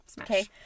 Okay